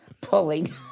pulling